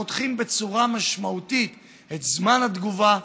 חותכים בצורה משמעותית את זמן התגובה,